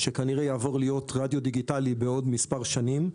שכנראה יעבור להיות רדיו דיגיטלי בעוד מספר שנים,